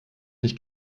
nicht